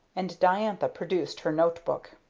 and diantha produced her note-book.